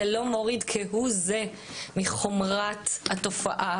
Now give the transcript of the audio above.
זה לא מוריד כהוא זה מחומרת התופעה,